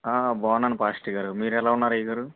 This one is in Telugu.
ఆ బాగున్నాను పాస్టర్ గారు మీరు ఎలా ఉన్నారు అయ్యగారు